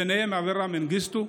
ובהם אברה מנגיסטו.